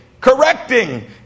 correcting